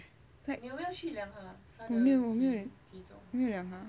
没有我没有量他